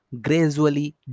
gradually